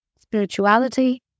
spirituality